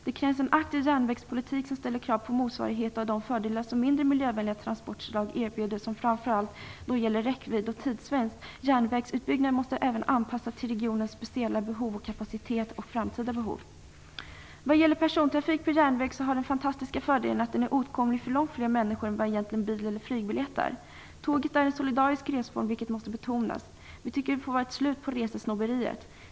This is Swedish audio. Det krävs en aktiv järnvägspolitik som ställer krav på motsvarighet till de fördelar som mindre miljövänliga transportslag erbjuder. Det gäller framför allt räckvidd och tidsvinst. Järnvägsutbyggnaden måste också anpassas till regionens speciella behov, kapacitet och framtida behov. Vad gäller persontrafik på järnväg har tåget den fantastiska fördelen att det är åtkomligt för långt fler människor än vad bil och flyg är. En järnvägsresa är en solidarisk resform, vilket måste betonas. Vi tycker att det får vara slut på resesnobberiet.